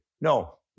No